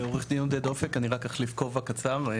עורך דין עודד אופק אני רק אחליף כובע קצר,